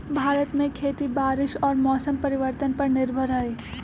भारत में खेती बारिश और मौसम परिवर्तन पर निर्भर हई